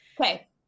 okay